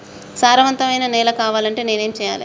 సారవంతమైన నేల కావాలంటే నేను ఏం చెయ్యాలే?